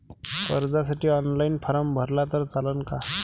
कर्जसाठी online form भरला तर चालन का?